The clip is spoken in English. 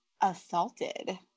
assaulted